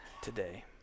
today